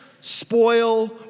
spoil